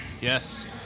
Yes